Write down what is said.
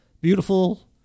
beautiful